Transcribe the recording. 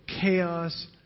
chaos